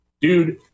Dude